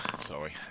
sorry